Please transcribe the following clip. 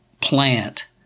plant